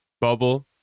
bubble